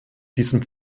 diesem